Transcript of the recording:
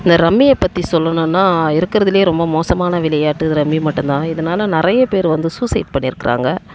நான் ரம்மியை பற்றி சொல்லணும்ன்னா இருக்கிறதிலேயே ரொம்ப மோசமான விளையாட்டு ரம்மி மட்டுந்தான் இதனால் நிறைய பேர் வந்து சூசைட் பண்ணிருக்கிறாங்க